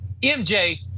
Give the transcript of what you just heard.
MJ